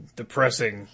depressing